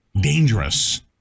dangerous